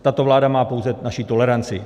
Tato vláda má pouze naši toleranci.